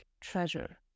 treasure